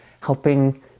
helping